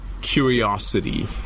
curiosity